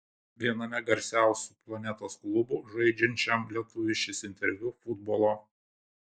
viename garsiausių planetos klubų žaidžiančiam lietuviui šis interviu futbolo